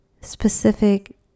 specific